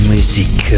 Music